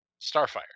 Starfire